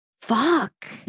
Fuck